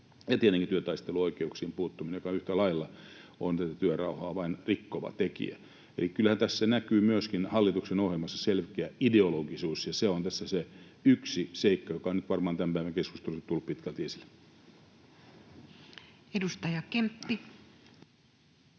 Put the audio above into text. ja tietenkin työtaisteluoikeuksiin puuttuminen, joka yhtä lailla on tätä työrauhaa rikkova tekijä. Eli kyllähän tässä hallituksen ohjelmassa näkyy myöskin selkeä ideologisuus, ja se on tässä se yksi seikka, joka on nyt varmaan tämän päivän keskustelussa tullut pitkälti esille. [Speech